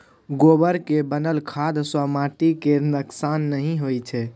गोबर केर बनल खाद सँ माटि केर नोक्सान नहि होइ छै